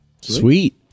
Sweet